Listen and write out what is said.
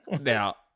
Now